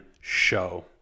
show